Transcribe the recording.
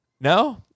no